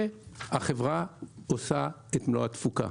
והחברה עושה את מלוא התפוקה.